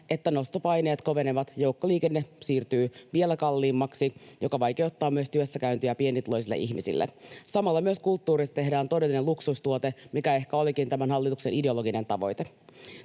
että nostopaineet kovenevat. Joukkoliikenne siirtyy vielä kalliimmaksi, mikä vaikeuttaa myös työssäkäyntiä pienituloisille ihmisille. Samalla myös kulttuurista tehdään todellinen luksustuote, mikä ehkä olikin tämän hallituksen ideologinen tavoite.